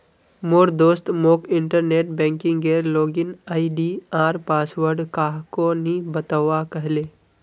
मोर दोस्त मोक इंटरनेट बैंकिंगेर लॉगिन आई.डी आर पासवर्ड काह को नि बतव्वा कह ले